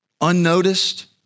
unnoticed